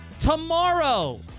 Tomorrow